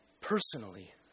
personally